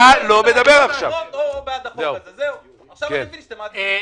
אמר --- עכשיו אני מבין שאתם מעדיפים בחירות.